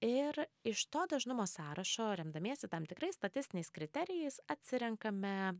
ir iš to dažnumo sąrašo remdamiesi tam tikrais statistiniais kriterijais atsirenkame